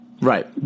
Right